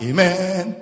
Amen